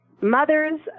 mothers